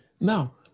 Now